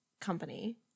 company